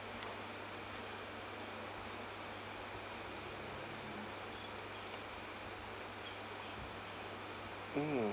mm